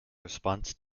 response